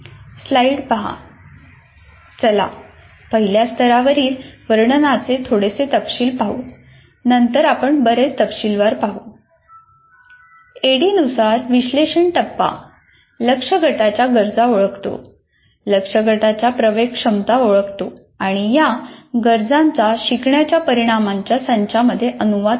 चला पहिल्या स्तरावरील वर्णनाचे थोडेसे तपशील पाहू एडीडीआय नुसार विश्लेषण टप्पा लक्ष्य गटाच्या गरजा ओळखतो लक्ष्य गटाच्या प्रवेश क्षमता ओळखतो आणि या गरजांचा शिकण्याच्या परिणामांच्या संचामध्ये अनुवाद करतो